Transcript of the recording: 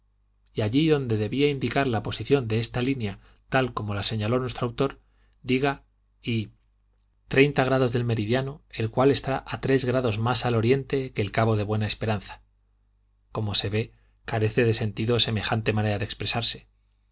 y allí donde debía indicar la posición de esta línea tal como la señaló nuestro autor diga y xxx grados del meridiano el cual está a tres grados más al oriente que el cabo de buena esperanza como se ve carece de sentido semejante manera de expresarse